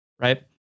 right